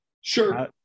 sure